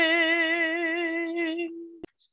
change